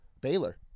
Baylor